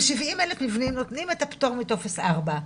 ל-70 אלף מבנים נותנים את הפטור מטופס 4,